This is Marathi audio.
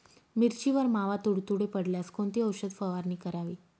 मिरचीवर मावा, तुडतुडे पडल्यास कोणती औषध फवारणी करावी?